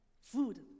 food